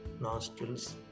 nostrils